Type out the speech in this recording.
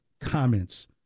comments